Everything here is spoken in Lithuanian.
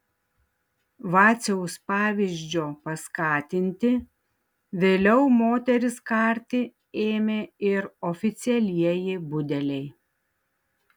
vaciaus pavyzdžio paskatinti vėliau moteris karti ėmė ir oficialieji budeliai